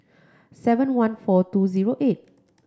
seven one four two zero eight